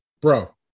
bro